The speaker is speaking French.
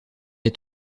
est